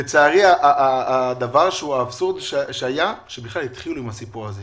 לצערי האבסורד שהיה זה שבכלל התחילו עם הסיפור הזה.